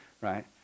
right